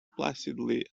placidly